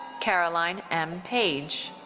caroline m. page.